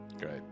Great